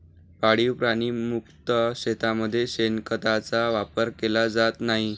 पाळीव प्राणी मुक्त शेतीमध्ये शेणखताचा वापर केला जात नाही